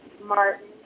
Martin